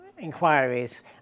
inquiries